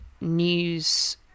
news